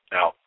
Now